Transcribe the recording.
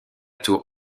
tour